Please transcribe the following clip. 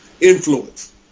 influence